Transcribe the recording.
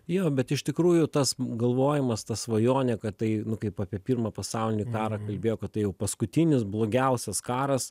jo bet iš tikrųjų tas galvojimas ta svajonė kad tai nu kaip apie pirmą pasaulinį karą kalbėjo kad tai jau paskutinis blogiausias karas